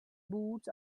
boots